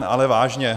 Ale vážně.